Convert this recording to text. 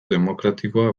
demokratikoa